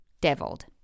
deviled